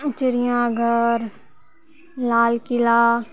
चिड़िआघर लालकिला